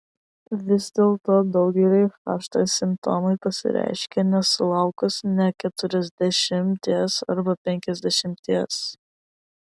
vis dėlto daugeliui hd simptomai pasireiškia nesulaukus nė keturiasdešimties arba penkiasdešimties